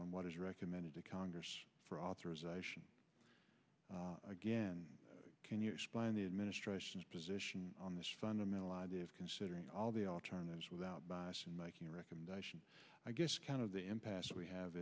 on what is recommended to come for authorization again can you explain the administration's position on this fundamental idea of considering all the alternatives without bias and making recommendations i guess kind of the impasse we have